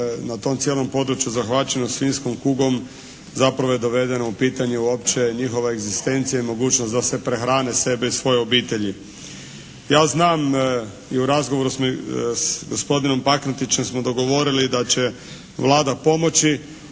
na tom cijelom području zahvaćenom svinjskom kugom. Zapravo je dovedeno u pitanje uopće njihova egzistencija i mogućnost da se prehrane sebe i svoje obitelji. Ja znam i u razgovoru smo i s gospodinom Pankretićem smo dogovorili da će Vlada pomoći.